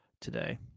today